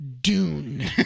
dune